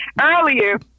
earlier